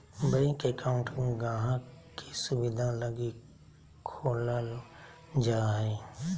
bank account गाहक़ के सुविधा लगी खोलल जा हय